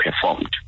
performed